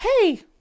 hey